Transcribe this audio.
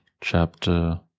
chapter